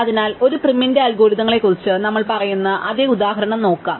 അതിനാൽ ഒരു പ്രിമിന്റെ അൽഗോരിതങ്ങളെക്കുറിച്ച് നമ്മൾ പറയുന്ന അതേ ഉദാഹരണം നോക്കാം